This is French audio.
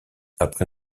après